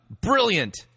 brilliant